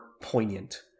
poignant